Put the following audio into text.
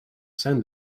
send